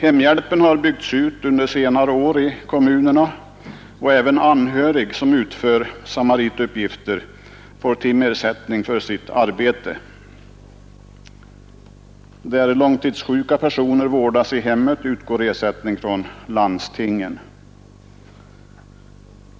Hemhjälpen i kommunerna har under senare år byggts ut, och även anhörig som utför samarituppgifter får numera timersättning för sitt arbete. När långtidssjuka personer vårdas i hemmet utgår ersättning från landstingen.